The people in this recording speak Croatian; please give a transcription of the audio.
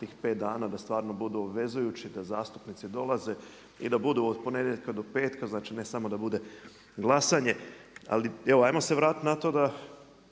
tih 5 dana da stvarno budu obvezujući, da zastupnici dolaze i da budu od ponedjeljka do petka. Znači ne samo da bude glasanje. Ali evo ajmo se vratiti na to da